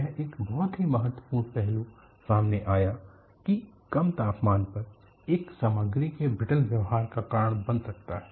यह एक बहुत ही महत्वपूर्ण पहलू सामने आया कि कम तापमान पर एक सामग्री के ब्रिटल व्यवहार का कारण बन सकता है